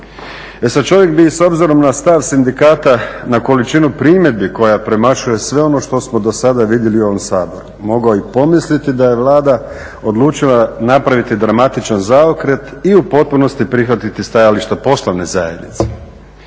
E sad, čovjek bi s obzirom na stav sindikata, na količinu primjedbi koja premašuje sve ono što smo dosada vidjeli u ovom Saboru mogao i pomisliti da je Vlada odlučila napraviti dramatičan zaokret i u potpunosti prihvatiti stajališta poslovne zajednice.